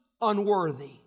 unworthy